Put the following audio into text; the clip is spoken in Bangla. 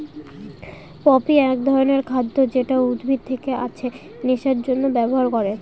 পপি এক ধরনের খাদ্য যেটা উদ্ভিদ থেকে আছে নেশার জন্যে ব্যবহার করে